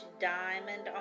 diamond